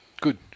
good